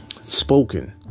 spoken